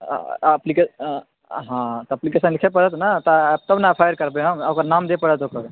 हॅं अपप्लिकेशन लीखय पड़त ने तब ने एफ आई आर करबै हम ओकर नाम दिअ पड़त ओहि पर